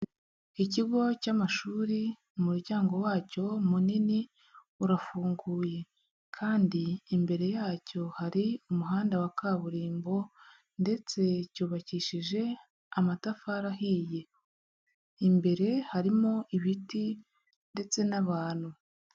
Ikigo cy'amashuri umuryango wacyo munini urafunguye kandi imbere yacyo hari umuhanda wa kaburimbo ndetse cyubakishije amatafari ahiye, imbere harimo ibiti ndetse n'abantu.